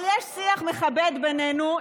אבל יש שיח מכבד בינינו.